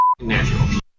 natural